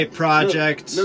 project